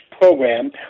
program